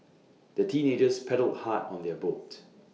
the teenagers paddled hard on their boat